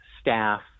staff